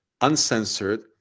Uncensored